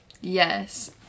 Yes